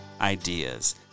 ideas